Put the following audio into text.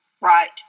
right